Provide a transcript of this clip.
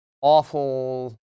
awful